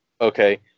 okay